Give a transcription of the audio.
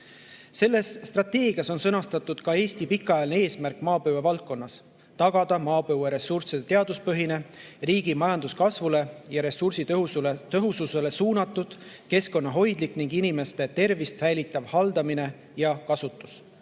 Selles strateegias on sõnastatud ka Eesti pikaajaline eesmärk maapõuevaldkonnas: tagada maapõueressursside teaduspõhine, riigi majanduskasvule ja ressursitõhususele suunatud, keskkonnahoidlik ning inimeste tervist säilitav haldamine ja kasutus.